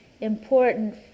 important